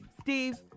Steve